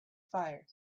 fire